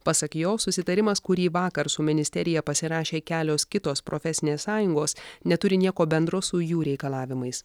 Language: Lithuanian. pasak jo susitarimas kurį vakar su ministerija pasirašė kelios kitos profesinės sąjungos neturi nieko bendro su jų reikalavimais